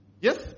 Yes